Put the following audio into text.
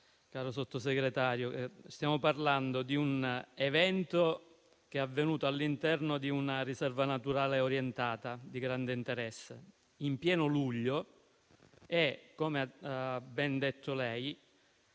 caro Sottosegretario, che stiamo parlando di un evento che è avvenuto all'interno di una riserva naturale orientata di grande interesse, in pieno luglio. Come ha ben detto lei,